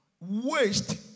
waste